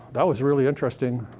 that was really interesting,